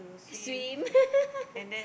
swim